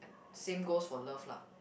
same goes for love lah